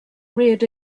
reared